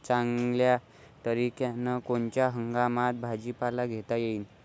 चांगल्या तरीक्यानं कोनच्या हंगामात भाजीपाला घेता येईन?